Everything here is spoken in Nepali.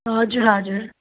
हजुर हजुर